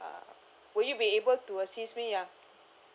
uh would you be able to assist me ya